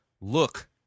Look